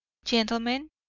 gentlemen,